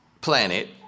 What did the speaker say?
planet